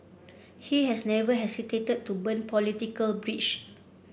he has never hesitated to burn political bridges